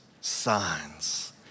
signs